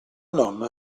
nonna